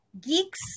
Geeks